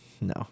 No